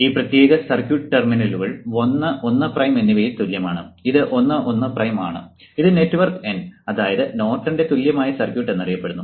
ഈ പ്രത്യേക സർക്യൂട്ട് ടെർമിനലുകൾ 1 1 പ്രൈം എന്നിവയിൽ തുല്യമാണ് ഇത് 1 1 പ്രൈം ആണ് ഇത് നെറ്റ്വർക്ക് N അതായത് നോർട്ടന്റെ തുല്യമായ സർക്യൂട്ട് എന്നറിയപ്പെടുന്നു